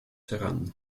heran